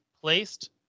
placed